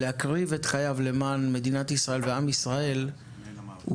להקריב את חייו למען מדינת ישראל ועם ישראל, הוא